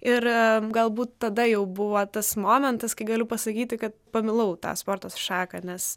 ir galbūt tada jau buvo tas momentas kai galiu pasakyti kad pamilau tą sporto šaką nes